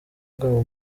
bwabo